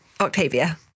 Octavia